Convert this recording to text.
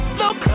look